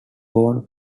born